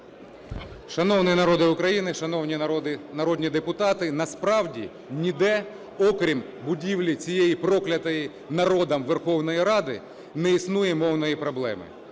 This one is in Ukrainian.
Шановний народе України, шановні народні депутати! Насправді ніде, окрім будівлі цієї, проклятої народом, Верховної Ради, не існує мовної проблеми.